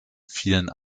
fielen